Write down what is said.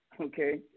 Okay